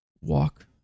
walk